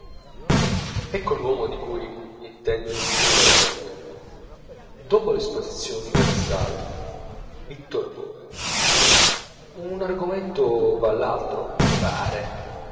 ecco l'uomo di cui intendo di scrivere oggi dopo l'esposizione universale vittor hugo un argomento val l'altro mi pare